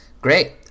Great